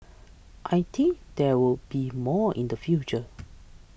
I think there will be more in the future